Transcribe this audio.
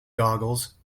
googles